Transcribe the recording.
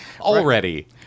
Already